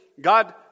God